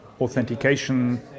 authentication